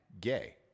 Gay